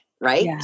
right